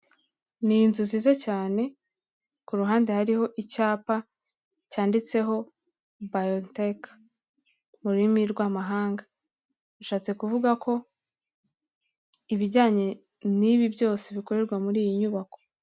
Ni inzu nziza cyane kuruhande hariho icyapa cyanditseho biotech mu rurimi rw'amahanga. Bishatse kuvuga ko ibijyanye n'ibi byose bikorerwa muri iyi nyubako.